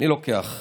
אני לוקח,